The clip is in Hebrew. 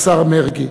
השר מרגי.